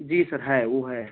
जी sir है वो है